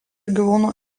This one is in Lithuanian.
gyvūnų